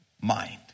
mind